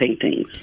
paintings